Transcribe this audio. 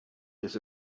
his